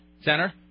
Center